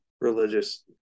religious